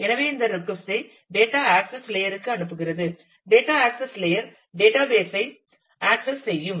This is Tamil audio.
எனவே இந்த ரெட்கொஸ்ட் ஐ டேட்டா ஆக்சஸ் லேயர் க்கு அனுப்புகிறது டேட்டா ஆக்சஸ் லேயர் டேட்டாபேஸ் ஐ ஆக்சஸ் செய்யும்